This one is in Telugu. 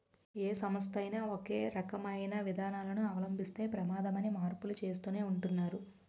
ఏ సంస్థ అయినా సరే ఒకే రకమైన విధానాలను అవలంబిస్తే ప్రమాదమని మార్పులు చేస్తూనే ఉంటున్నారు